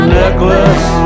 necklace